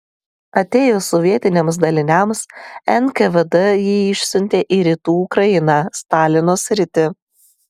atėjus sovietiniams daliniams nkvd jį išsiuntė į rytų ukrainą stalino sritį